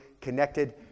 connected